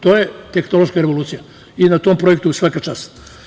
To je tehnološka revolucija i na tom projektu svaka čast.